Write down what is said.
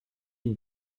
une